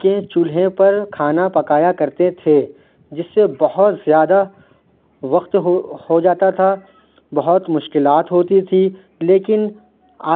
کے چولہے پر کھانا پکایا کرتے تھے جس سے بہت زیادہ وقت ہو جاتا تھا بہت مشکلات ہوتی تھیں لیکن